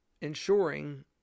ensuring